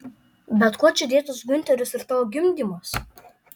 bet kuo čia dėtas giunteris ir tavo gimdymas